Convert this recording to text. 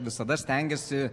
visada stengiasi